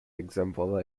example